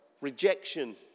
Rejection